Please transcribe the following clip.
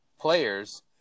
players